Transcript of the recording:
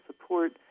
support